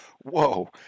whoa